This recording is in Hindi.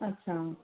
अच्छा